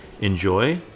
enjoy